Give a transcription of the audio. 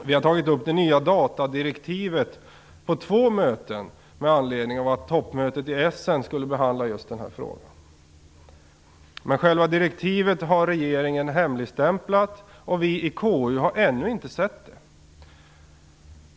Med anledning av att toppmötet i Essen skulle behandla det nya datadirektivet har vi på två möten tagit upp just den frågan, men själva direktivet har regeringen hemligstämplat, och vi i KU har ännu inte sett det!